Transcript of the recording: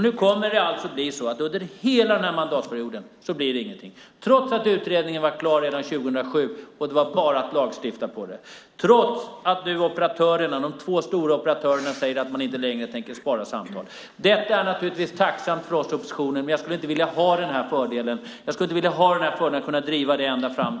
Nu kommer det alltså inte att bli någonting under hela den här mandatperioden, trots att utredningen var klar redan 2007 och det bara var att lagstifta på den och trots att de två stora operatörerna nu säger att man inte längre tänker spara samtal. Detta är naturligtvis tacksamt för oss i oppositionen, men jag skulle inte vilja ha den här fördelen att kunna driva det ända fram.